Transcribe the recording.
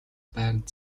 байранд